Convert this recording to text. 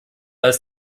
als